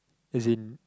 as in